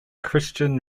christian